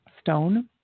stone